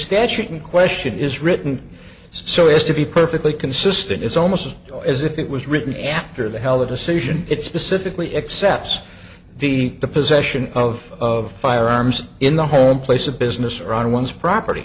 statute in question is written so as to be perfectly consistent it's almost as if it was written after the heller decision it specifically accepts the possession of firearms in the home place of business or on one's property